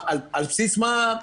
על בסיס מה?